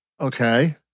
Okay